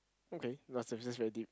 okay your very deep